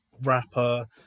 rapper